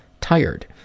tired